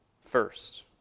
First